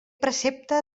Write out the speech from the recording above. precepte